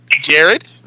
Jared